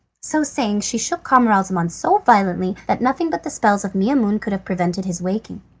so saying she shook camaralzaman so violently that nothing but the spells of maimoune could have prevented his waking.